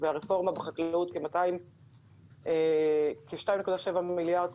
והרפורמה בחקלאות כ-2.7 מיליארד.